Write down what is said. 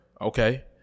Okay